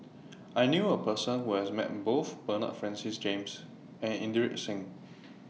I knew A Person Who has Met Both Bernard Francis James and Inderjit Singh